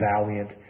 valiant